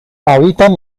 habitan